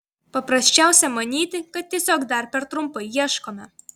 paprasčiausia manyti kad tiesiog dar per trumpai ieškome